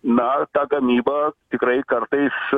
na ta gamyba tikrai kartais